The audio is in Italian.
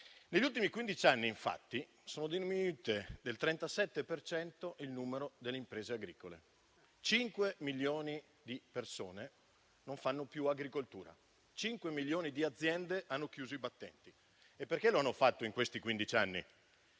Negli ultimi quindici anni, infatti, sono diminuite del 37 per cento le imprese agricole: cinque milioni di persone non fanno più agricoltura, cinque milioni di aziende hanno chiuso i battenti. E perché lo hanno fatto in questi quindici